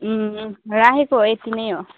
राखेको यति नै हो